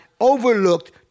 overlooked